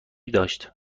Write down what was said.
داشت